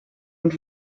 und